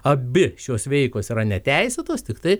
abi šios veikos yra neteisėtos tiktai